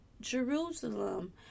Jerusalem